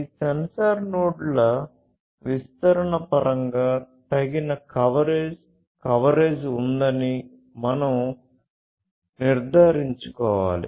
ఈ సెన్సార్ నోడ్ల విస్తరణ పరంగా తగిన కవరేజ్ కవరేజ్ ఉందని మనం నిర్ధారించుకోవాలి